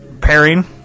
pairing